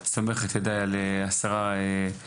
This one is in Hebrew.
אבל אני סומך את ידיי על שרת התחבורה,